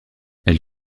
elle